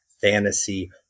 Fantasy